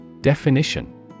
Definition